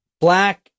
black